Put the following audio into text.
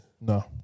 no